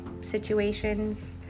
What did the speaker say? situations